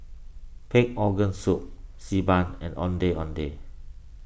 Pig Organ Soup Xi Ban and Ondeh Ondeh